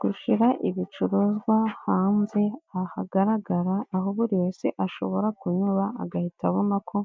Gushyira ibicuruzwa hanze ahagaragara aho buri wese ashobora kunyura agahita abona ko